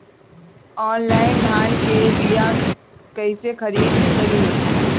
Online धान के बीया कइसे खरीद करी?